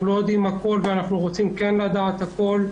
אנחנו לא יודעים הכול ואנחנו רוצים כן לדעת הכול.